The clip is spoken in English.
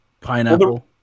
Pineapple